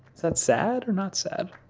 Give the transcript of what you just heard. that sad or not sad?